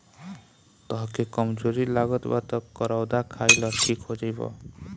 तहके कमज़ोरी लागत बा तअ करौदा खाइ लअ ठीक हो जइब